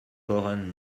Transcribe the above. kochen